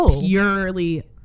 purely